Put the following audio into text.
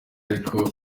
ariko